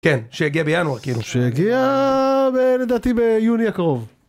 כן, שיגיע בינואר, כאילו, שיגיע... לדעתי, ביוני הקרוב.